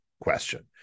question